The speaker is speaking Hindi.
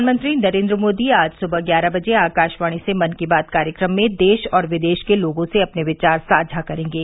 प्रधानमंत्री नरेन्द्र मोदी आज सुबह ग्यारह बजे आकाशवाणी से मन की बात कार्यक्रम में देश और विदेश के लोगों से अपने विचार साझा करेंगे